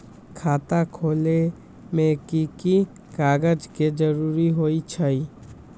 खाता खोले में कि की कागज के जरूरी होई छइ?